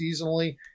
seasonally